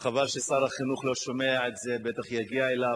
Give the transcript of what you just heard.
וחבל ששר החינוך לא שומע את זה, בטח יגיע אליו,